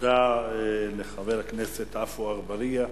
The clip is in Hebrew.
תודה לחבר הכנסת עפו אגבאריה.